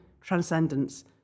transcendence